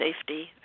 safety